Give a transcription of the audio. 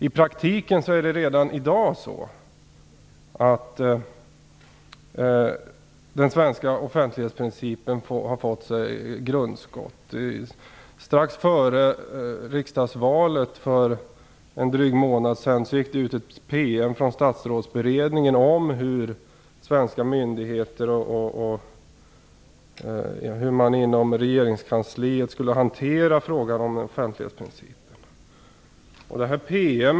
I praktiken är det redan i dag så att den svenska offentlighetsprincipen har fått grundskott. Strax före riksdagsvalet för en dryg månad sedan gick det ut en PM från Statsrådsberedningen om hur man inom regeringskansliet och svenska myndigheter skall hantera frågan om offentlighetsprincipen.